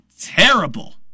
terrible